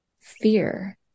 Fear